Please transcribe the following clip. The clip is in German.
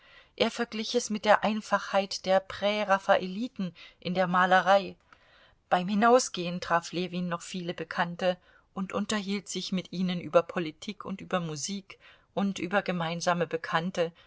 er verglich es mit der einfachheit der präraffaeliten in der malerei beim hinausgehen traf ljewin noch viele bekannte und unterhielt sich mit ihnen über politik und über musik und über gemeinsame bekannte